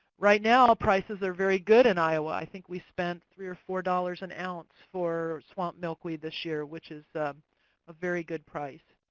right now, prices are very good in iowa. i think we spent three dollars or four dollars an ounce for swamp milkweed this year, which is a very good price.